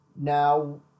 Now